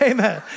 Amen